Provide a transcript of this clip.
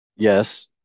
Yes